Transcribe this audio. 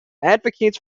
advocates